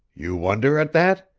you wonder at that?